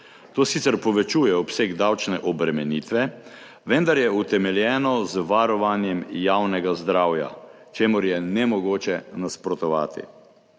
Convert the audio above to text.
To sicer povečuje obseg davčne obremenitve, vendar je utemeljeno z varovanjem javnega zdravja, čemur je nemogoče nasprotovati.